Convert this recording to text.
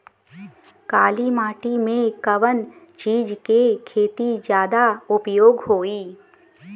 काली माटी में कवन चीज़ के खेती ज्यादा उपयोगी होयी?